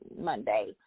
Monday